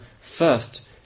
first